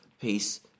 peace